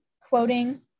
quoting